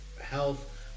health